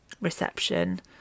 reception